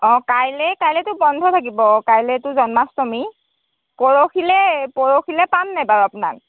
অঁ কাইলৈ কাইলৈতো বন্ধ থাকিব কাইলৈতো জন্মাষ্টমী পৰহিলৈ পৰহিলৈ পামনে বাৰু আপোনাক